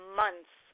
months